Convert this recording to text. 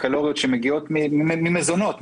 בקלוריות שמגיעות ממזונות,